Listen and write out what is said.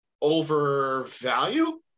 overvalue